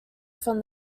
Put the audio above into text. from